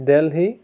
Delhi